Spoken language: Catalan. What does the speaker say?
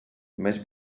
més